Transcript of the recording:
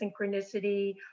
synchronicity